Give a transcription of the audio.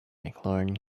mclaurin